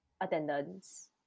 attendance